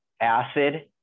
acid